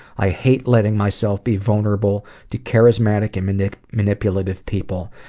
i hate letting myself be vulnerable to charismatic and and manipulative people.